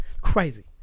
crazy